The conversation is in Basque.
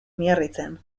miarritzen